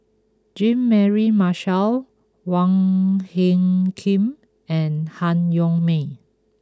Jean Mary Marshall Wong Hung Khim and Han Yong May